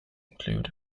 include